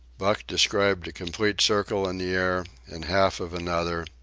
buck described a complete circle in the air, and half of another,